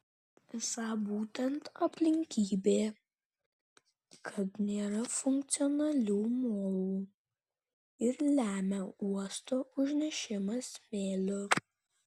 esą būtent aplinkybė kad nėra funkcionalių molų ir lemia uosto užnešimą smėliu